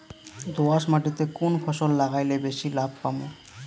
দোয়াস মাটিতে কুন ফসল লাগাইলে বেশি লাভ পামু?